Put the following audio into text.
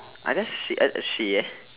I just say I say yes